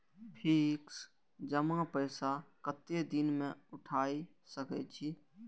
Fix जमा पैसा कतेक दिन में उठाई सके छी?